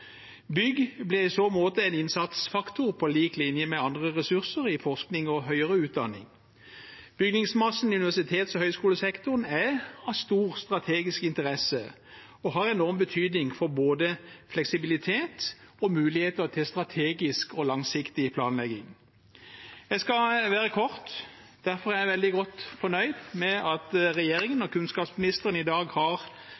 Bygg blir i så måte en innsatsfaktor på lik linje med andre ressurser i forskning og høyere utdanning. Bygningsmassen i universitets- og høyskolesektoren er av stor strategisk interesse og har enorm betydning for både fleksibilitet og muligheter til strategisk og langsiktig planlegging. Jeg skal være kort: Derfor er jeg veldig godt fornøyd med at regjeringen